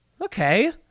Okay